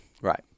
right